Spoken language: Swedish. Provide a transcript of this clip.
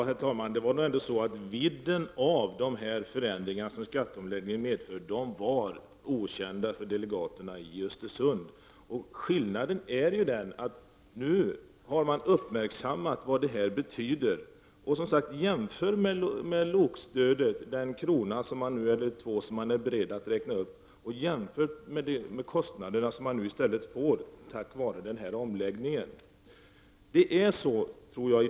Herr talman! Vidden av de förändringar som skatteomläggningen medför var okända för delegaterna i Östersund. Nu har man uppmärksammat vad det här betyder. Man jämför den uppräkning av LOK-stödet med en krona eller två som regeringen nu är beredd att göra med kostnaderna som man nu i stället får på grund av den här omläggningen.